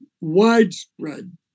widespread